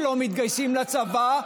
שלא מתגייסים לצבא,